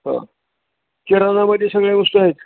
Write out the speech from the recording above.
हो किराणामध्ये सगळ्या वस्तू आहेत